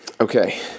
Okay